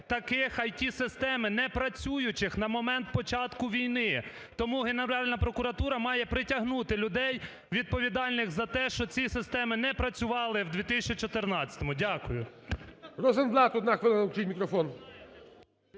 таких ІТ-системи непрацюючих на момент початку війни. Тому Генеральна прокуратура має притягнути людей, відповідальних за те, що ці системи не працювали в 2014-му. Дякую.